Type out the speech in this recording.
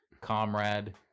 comrade